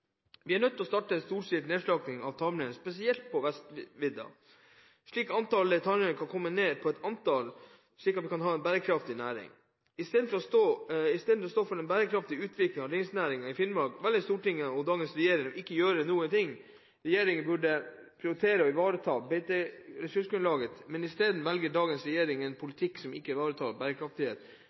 Vi er nødt til å starte en storstilt nedslakting av tamrein, spesielt på vestvidda, slik at antallet tamrein kan komme ned på et nivå som gjør at vi kan ha en bærekraftig næring. Istedenfor å stå for en bærekraftig utvikling av reindriftsnæringen i Finnmark, velger Stortinget og dagens regjering å ikke gjøre noen ting. Regjeringen burde prioritere å ivareta beiteressursgrunnlaget, men istedenfor velger dagens regjering en politikk som ikke ivaretar